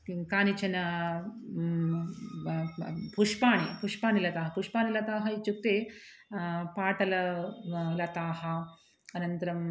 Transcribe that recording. किं कानिचन ब् ब् पुष्पाणि पुष्पाणि लता पुष्पाणि लताः इत्युक्ते पाटललताः अनन्तरम्